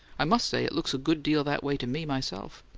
i must say it looks a good deal that way to me, myself.